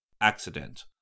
accident